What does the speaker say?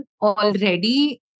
already